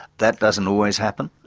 that doesn't always happen,